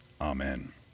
amen